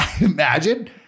imagine